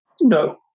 No